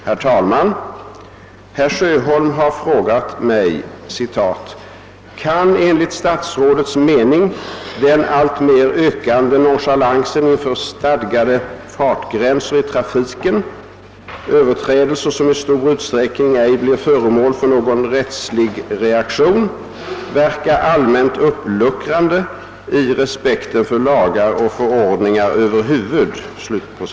Herr talman! Herr Sjöholm har frågat mig: »Kan, enligt statsrådets mening, den alltmer ökande nonchalansen inför stadgade fartgränser i trafiken — Ööverträdelser som i stor utsträckning ej blir föremål för någon rättslig reaktion — verka allmänt uppluckrande i respekten för lagar och förordningar över huvud?«.